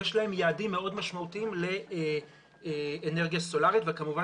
יש להן יעדים מאוד משמעותיים לאנרגיה סולרית וכמובן